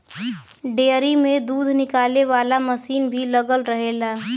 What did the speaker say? dairy में दूध निकाले वाला मसीन भी लगल रहेला